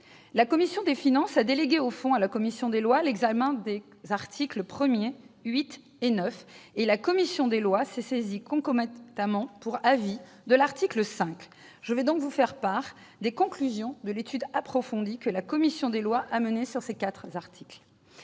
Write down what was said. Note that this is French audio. La commission des finances a délégué au fond à la commission des lois l'examen des articles 1, 8 et 9, et la commission des lois s'est saisie concomitamment pour avis de l'article 5. Aussi, je vous ferai part des conclusions de l'étude approfondie que la commission des lois a menée sur ces quatre articles.